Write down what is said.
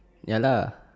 ya lah